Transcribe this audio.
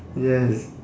yes